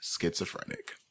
schizophrenic